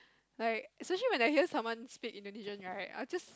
like especially when I hear someone speak Indonesian right I'll just